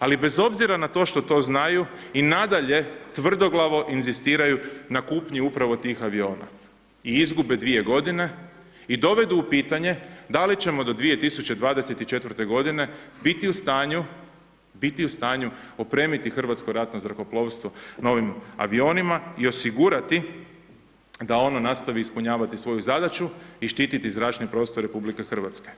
Ali bez obzira na to što to znaju i nadalje tvrdoglavo inzistiraju na kupnji upravo tih aviona i izgube dvije godine i dovedu u pitanje da li ćemo do 2024. godine biti u stanju, biti u stanju opremiti hrvatsko ratno zrakoplovstvo novim avionima i osigurati da ono nastavi ispunjavati svoju zadaću i štititi zračni prostor Republike Hrvatske.